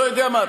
לא יודע מה,